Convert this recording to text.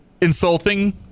insulting